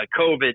covid